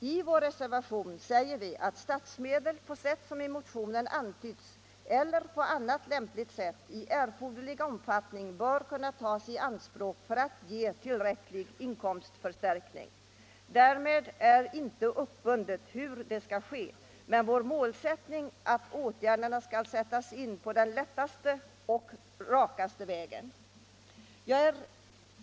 I vår reservation säger vi att statsmedel på sätt som i motionen antytts eller på annat lämpligt sätt i erforderlig omfattning bör kunna tas i anspråk för att ge tillräcklig inkomstförstärkning. Därmed är inte uppbundet hur det skall ske. Men vår målsättning är att åtgärderna skall sättas in på den lättaste och rakaste vägen.